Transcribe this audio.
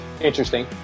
Interesting